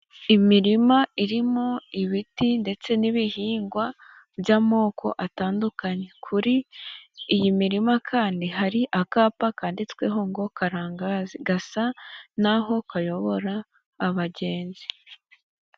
Imirima irimo ibiti ndetse n'ibihingwa by'amoko atandukanye, kuri iyi mirima kandi hari akapa kanditsweho ngo Karanga, gasa n'aho kayobora abagenzi.